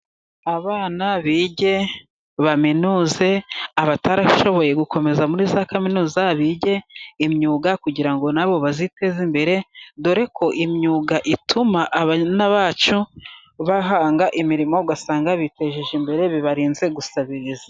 Abana bige baminuze, abatarashoboye gukomeza muri za kaminuza bige imyuga, kugira ngo na bo baziteze imbere, dore ko imyuga ituma abana bacu bahanga imirimo ugasanga bitejeje imbere, bibarinze gusabiriza.